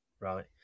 Right